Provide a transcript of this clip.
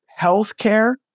healthcare